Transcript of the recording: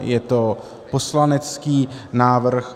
Je to poslanecký návrh.